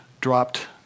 dropped